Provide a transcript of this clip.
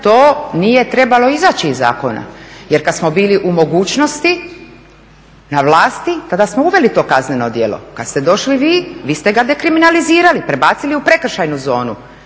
to nije trebalo izaći iz zakona. Jer kad smo bili u mogućnosti na vlasti tada smo uveli to kazneno djelo, kad ste došli vi, vi ste ga dekriminalizirali, prebacili u prekršajnu zonu.